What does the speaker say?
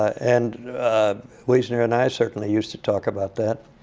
and wiesner and i certainly used to talk about that.